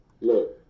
Look